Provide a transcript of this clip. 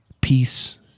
peace